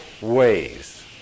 ways